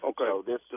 Okay